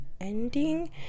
ending